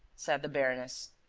said the baroness.